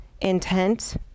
intent